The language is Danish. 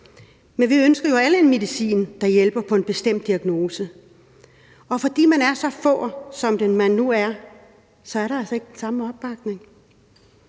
men vi ønsker jo alle en medicin, der hjælper på en bestemt diagnose, men fordi der er så få, som der nu er, er der altså ikke den samme opbakning.